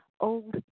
Old